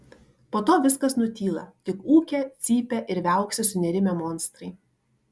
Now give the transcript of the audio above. po to viskas nutyla tik ūkia cypia ir viauksi sunerimę monstrai